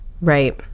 Right